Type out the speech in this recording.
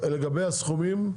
לגבי הסכומים,